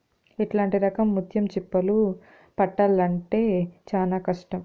ఇట్లాంటి రకం ముత్యం చిప్పలు పట్టాల్లంటే చానా కష్టం